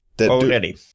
already